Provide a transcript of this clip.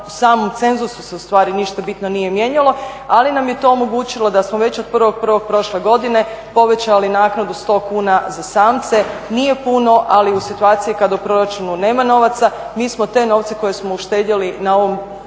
U samom cenzusu se u stvari ništa bitno nije mijenjalo, ali nam je to omogućilo da smo već od 1.1. prošle godine povećali naknadu 100 kuna za samce. Nije puno, ali u situaciji kada u proračunu nema novaca, mi smo te novce koje smo uštedjeli na ovom